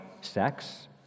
sex